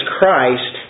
Christ